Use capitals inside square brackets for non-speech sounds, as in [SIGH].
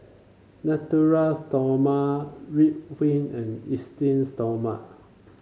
Natura [UNINTELLIGIBLE] Stoma Ridwind and Esteem Stoma